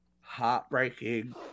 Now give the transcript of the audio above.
heartbreaking